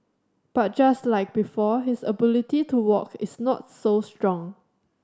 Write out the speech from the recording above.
but just like before his ability to walk is not so strong